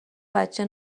بچه